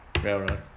Railroad